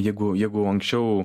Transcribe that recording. jeigu jeigu anksčiau